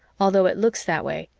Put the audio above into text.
although it looks that way,